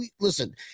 listen